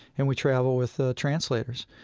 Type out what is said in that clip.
and we traveled with ah translators.